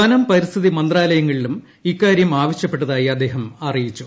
വനം പരിസ്ഥിതി മന്ത്രാലയങ്ങളിലും ഇക്കാര്യം അവശ്യപ്പെട്ടതായി അദ്ദേഹം അറിയിച്ചു